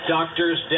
Doctors